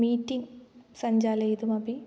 meeting सञ्चालयितुमपि